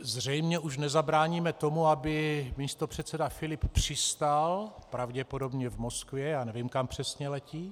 Zřejmě už nezabráníme tomu, aby místopředseda Filip přistál pravděpodobně v Moskvě, nevím, kam přesně letí.